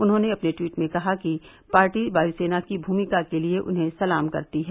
उन्होंने ट्वीट कर कहा कि पार्टी वायुसेना की भूमिका के लिए उसे सलाम करती है